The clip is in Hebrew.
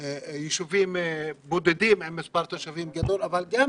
ישובים בודדים עם מספר תושבים גודל.